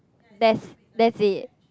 that's that's it